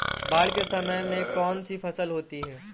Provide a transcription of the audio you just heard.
बाढ़ के समय में कौन सी फसल होती है?